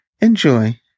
Enjoy